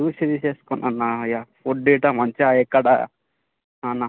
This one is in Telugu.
చూసి తీసేసుకోండి అన్న ఇక ఫుడ్డు గిట్లా ఎక్కడ మంచిగా ఎక్కడ అన్న